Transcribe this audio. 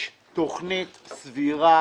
יש תוכנית סבירה